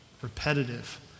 repetitive